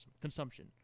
consumption